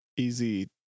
easy